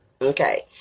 Okay